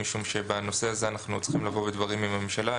משום שבנושא הזה אנחנו עוד צריכים לבוא בדברים עם הממשלה.